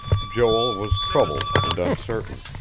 joel was troubled and uncertain.